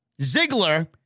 Ziggler